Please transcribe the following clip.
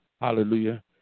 hallelujah